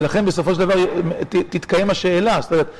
לכן, בסופו של דבר, תתקיים השאלה.